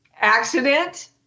accident